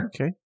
Okay